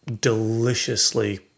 deliciously